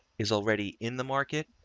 is already in the market.